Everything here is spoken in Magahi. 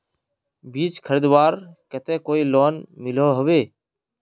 बीज खरीदवार केते कोई लोन मिलोहो होबे?